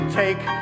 take